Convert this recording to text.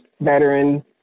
veteran